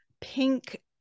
pink